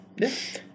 Yes